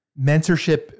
mentorship